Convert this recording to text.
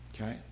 Okay